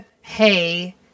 hey